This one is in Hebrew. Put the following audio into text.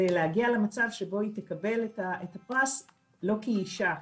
להגיע למצב שבו היא תקבל את הפרס לא כי היא אישה,